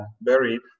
buried